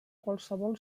qualsevol